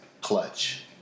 Clutch